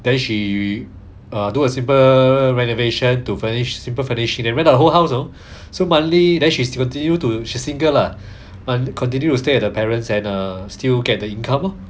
then she err do a simple renovation to furnish simple furnishing rent out the whole house you know lah so monthly then she still continue to she's single lah and continue to stay at the parents and err still get the income